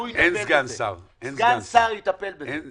הוא יטפל בזה.